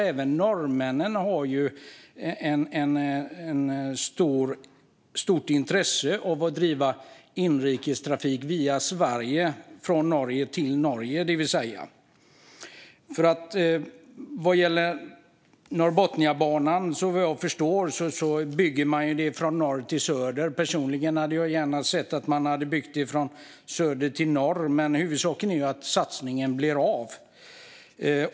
Även norrmännen har nämligen ett stort intresse av att driva inrikestrafik via Sverige, det vill säga från Norge till Norge. Vad jag förstår byggs Norrbotniabanan från norr till söder. Personligen hade jag gärna sett att man hade byggt från söder till norr, men huvudsaken är att satsningen blir av.